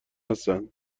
هستند